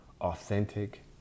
authentic